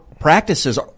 Practices